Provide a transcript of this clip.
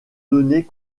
données